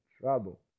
trouble